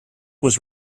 was